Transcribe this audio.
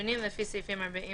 ההערכה של גורמי